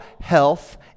health